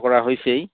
কৰা হৈছেই